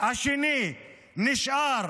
השני נשאר